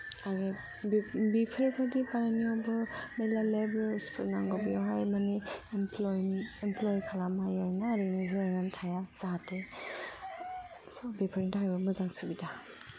आरो बेफोर बादि बानायनायावबो मेल्ला लेबोर्सफोर नांगौ बेयावहाय माने इमप्लयमेन्त इमप्लय खालामनो हायो आरोना ओरैनो जिरायना थाया जाहाथे स' बेफोरनि थाखायबो मोजां सुबिदा